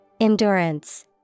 Endurance